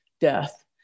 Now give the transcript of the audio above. death